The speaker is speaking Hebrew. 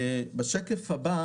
בשקף הבא